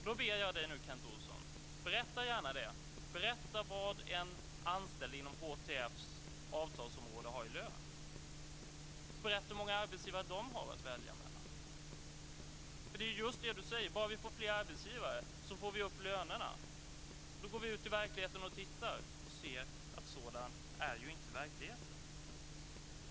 Nu ber jag Kent Olsson: Berätta gärna om det! Berätta vad en anställd inom HTF:s avtalsområde har i lön! Berätta hur många arbetsgivare de har att välja mellan! Det han säger är ju: Bara vi får fler arbetsgivare får vi upp lönerna. Om vi går ut i verkligheten och tittar kan vi se att sådan är inte verkligheten.